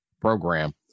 program